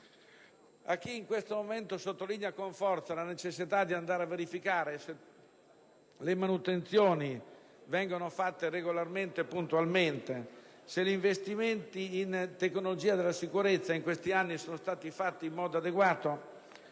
A chi in questo momento sottolinea con forza la necessità di andare a verificare se le manutenzioni vengono effettuate regolarmente e puntualmente e se gli investimenti in tecnologia della sicurezza in questi anni sono stati effettuati in modo adeguato,